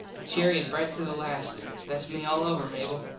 cheery an bright to the last. thats me all over, mable.